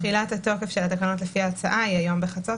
תחילת תוקף התקנות לפי ההצעה היא היום בחצות.